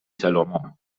salomó